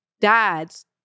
dads